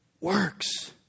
Works